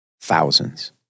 thousands